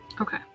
Okay